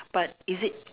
but is it